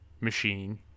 machine